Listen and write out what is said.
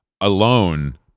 alone